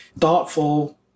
thoughtful